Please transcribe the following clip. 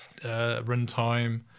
runtime